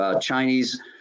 Chinese